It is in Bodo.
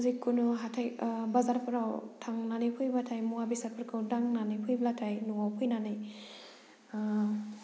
जिकुनु हाथाइ बाजारफोराव थांनानै फैबाथाय मुवा बेसादफोरखौ दांनानै फैब्लाथाय न'आव फैनानै